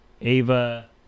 Ava